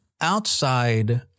outside